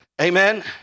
Amen